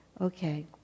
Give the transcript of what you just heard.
Okay